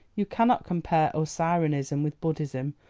you cannot compare osirianism with buddhism,